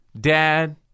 dad